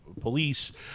police